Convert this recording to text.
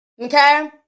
Okay